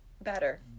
Better